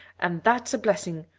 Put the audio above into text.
and that's a blessing,